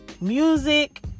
music